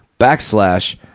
backslash